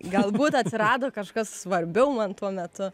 galbūt atsirado kažkas svarbiau man tuo metu